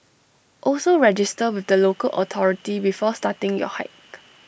also register with the local authority before starting your hike